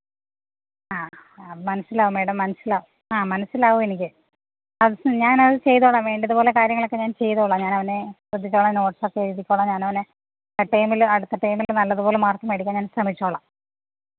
ആ മനസ്സിലാവും മേടം മനസ്സിലാവും അ മനസ്സിലാവും എനിക്ക് ഞാനത് ചെയ്തോളാം വേണ്ടതുപോലെ കാര്യങ്ങളൊക്കെ ഞാൻ ചെയ്തോളാം ഞാൻ അവനെ ശ്രദ്ധിച്ചോളാം നോട്സൊക്കെ എഴുതിക്കോളാം ഞാനവനെ ടേമില് അടുത്ത ടേമില് നല്ലതുപോലെ മാർക്ക് മേടിക്കാൻ ഞാൻ ശ്രമിച്ചോളാം